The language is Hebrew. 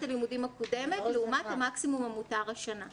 הלימודים הקודמת לעומת המקסימום המותר השנה.